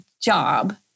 job